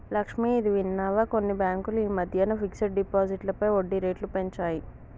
లక్ష్మి, ఇది విన్నావా కొన్ని బ్యాంకులు ఈ మధ్యన ఫిక్స్డ్ డిపాజిట్లపై వడ్డీ రేట్లు పెంచాయి